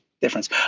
difference